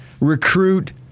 recruit